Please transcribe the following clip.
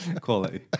Quality